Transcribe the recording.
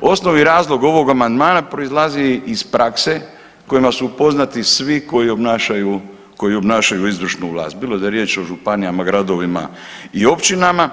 Osnovni razlog ovog amandmana proizlazi iz prakse kojima su upoznati svi koji obnašanju, koji obnašanju izvršnu vlast bilo da je riječ o županijama, gradovima i općinama